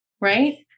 right